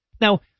Now